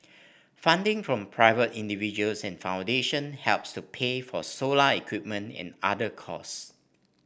funding from private individuals and foundation helps to pay for solar equipment and other cost